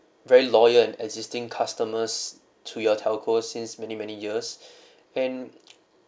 very loyal and existing customers to your telco since many many years and